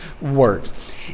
works